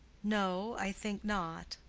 no, i think not.